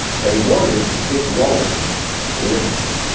they wanted dick rowland lynched.